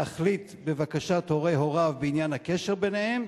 להחליט בבקשת הורי הוריו בעניין הקשר ביניהם,